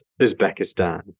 Uzbekistan